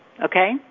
Okay